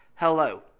Hello